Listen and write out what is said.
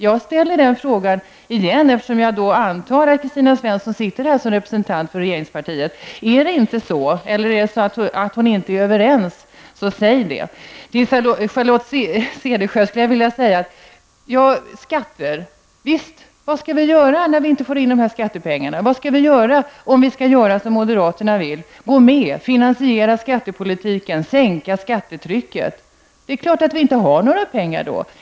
Jag ställer den frågan igen, eftersom jag antar att Kristina Svensson sitter här som representant för regeringspartiet. Om det inte är så eller om det är så att hon inte är överens med partiet så säg det. Till Charlotte Cederschiöld skulle jag vilja säga: Ja visst, skatter vad skall vi göra när vi inte får in dessa skattepengar? Vad skall vi göra om vi skall göra som moderaterna vill, gå med, finansiera skattepolitiken och sänka skattetrycket? Det är klart att vi inte har några pengar då.